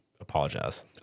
apologize